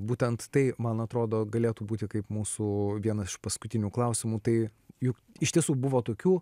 būtent tai man atrodo galėtų būti kaip mūsų vienas iš paskutinių klausimų tai juk iš tiesų buvo tokių